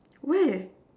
where